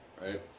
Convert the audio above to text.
right